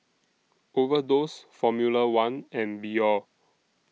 Overdose Formula one and Biore